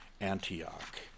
Antioch